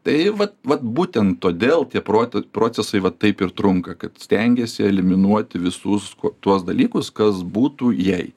tai vat vat būtent todėl tie proti procesai va taip ir trunka kad stengiesi eliminuoti visus tuos dalykus kas būtų jei